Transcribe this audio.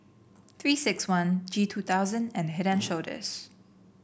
Three six one G two thousand and Head And Shoulders